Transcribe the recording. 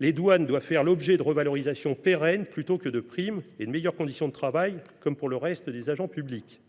Les douanes doivent bénéficier de revalorisations pérennes, plutôt que de primes, et de meilleures conditions de travail, comme le reste des agents publics.